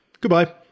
goodbye